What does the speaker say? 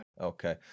Okay